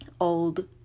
Old